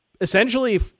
essentially